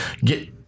get